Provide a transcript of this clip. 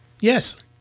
Yes